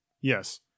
Yes